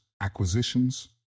acquisitions